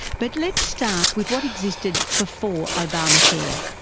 but let's start with what existed before obamacare.